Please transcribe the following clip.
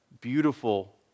beautiful